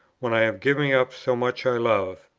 when i am giving up so much i love.